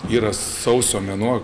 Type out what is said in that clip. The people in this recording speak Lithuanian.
yra sausio mėnuo